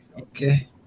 okay